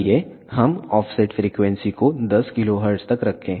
आइए हम offset frequency को 10 KHz तक रखें